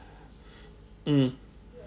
mm